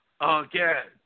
again